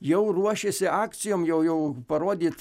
jau ruošiasi akcijom jau jau parodyt